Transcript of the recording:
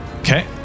Okay